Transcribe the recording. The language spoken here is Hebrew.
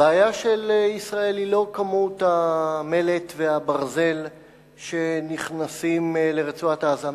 הבעיה של ישראל היא לא כמות המלט והברזל שנכנסים לרצועת-עזה,